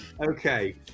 Okay